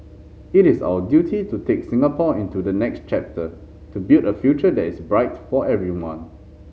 it is our duty to take Singapore into the next chapter to build a future that is bright for everyone